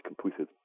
completed